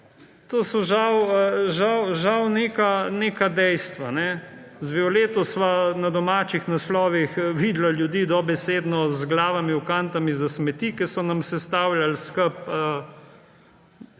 To so žal neka dejstva. Z Violeto sva na domačih naslovih videla ljudi dobesedno z glavami v kantah za smeti, ko so nam sestavljali skupaj